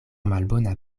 malbona